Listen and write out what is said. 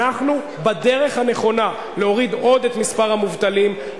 אנחנו בדרך הנכונה להוריד עוד את מספר המובטלים,